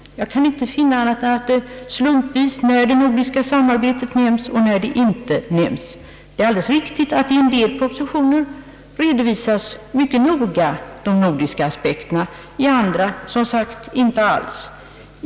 Jag kan inte finna annat än att det är slumpvis som det nordiska samarbetet omtalas i propositionerna. I en del propositioner redovisas de nordiska aspekterna mycket noga, i andra nämns de, som sagt, inte alls.